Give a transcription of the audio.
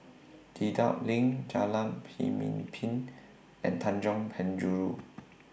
Dedap LINK Jalan Pemimpin and Tanjong Penjuru